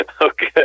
Okay